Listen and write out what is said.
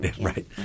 right